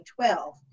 2012